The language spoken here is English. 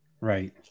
Right